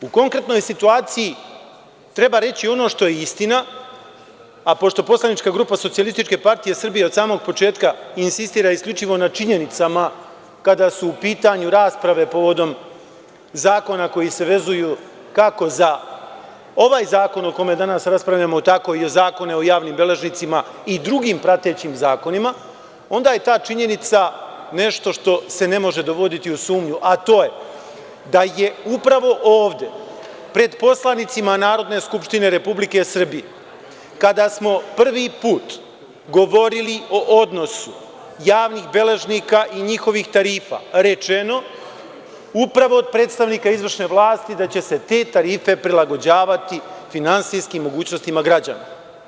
U konkretnoj situaciji treba reći ono što je istina, a pošto poslanička grupa SPS od samog početka insistira isključivo na činjenicama kada su u pitanju rasprave povodom zakona koji se vezuju kako za ovaj zakon o kome danas raspravljamo, tako i za zakone o javnim beležnicima i drugim pratećim zakonima, onda je ta činjenica nešto što se ne može dovoditi u sumnju, a to je da je upravo ovde pred poslanicima Narodne skupštine RS kada smo prvi put govorili o odnosu javnih beležnika i njihovih tarifa rečeno upravo od predstavnika izvršne vlasti da će se te tarife prilagođavati finansijskim mogućnostima građana.